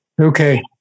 Okay